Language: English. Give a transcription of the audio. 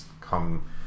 come